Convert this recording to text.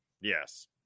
yes